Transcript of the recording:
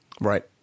Right